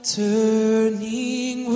turning